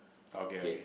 okay okay